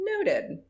Noted